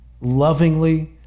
lovingly